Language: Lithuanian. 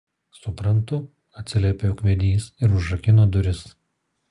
suprantu atsiliepė ūkvedys ir užrakino duris